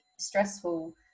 stressful